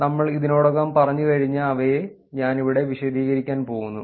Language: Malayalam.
അതിനാൽ നമ്മൾ ഇതിനോടകം പറഞ്ഞുകഴിഞ്ഞ അവയെ ഞാൻ ഇവിടെ വിശദീകരിക്കാൻ പോകുന്നു